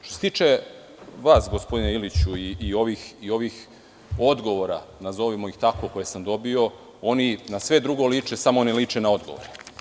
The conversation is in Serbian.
Što se tiče vas, gospodine Iliću, i ovih odgovora, nazovimo ih tako, koje sam dobio, oni na sve drugo liče, samo ne liče na odgovore.